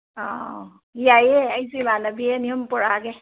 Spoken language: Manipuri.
ꯑꯥꯎ ꯌꯥꯏꯑꯦ ꯑꯩꯁꯨ ꯏꯃꯥꯅꯕꯤ ꯑꯅꯤ ꯑꯍꯨꯝ ꯄꯨꯔꯛꯑꯒꯦ